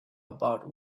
about